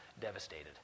devastated